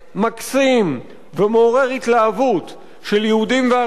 מקסים ומעורר התלהבות של יהודים וערבים